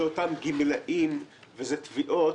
זה אותם גמלאים, וזה תביעות.